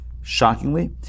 shockingly